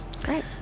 Great